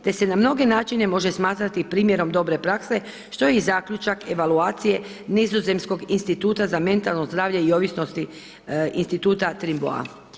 Te se na mnoge načine može smatrati primjerom dobre prakse što je i zaključak evaluacije Nizozemskog instituta za mentalno zdravlje i ovisnosti instituta Trimboa.